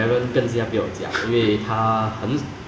I thought 他们 like 你们不是在一样班